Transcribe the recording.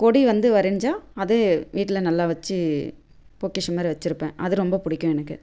கொடி வந்து வரைஞ்சால் அது வீட்டில் நல்லா வச்சு பொக்கிஷம் மாதிரி வச்சுருப்பேன் அது ரொம்ப பிடிக்கும் எனக்கு